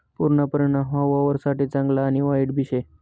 पुरना परिणाम हाऊ वावरससाठे चांगला आणि वाईटबी शे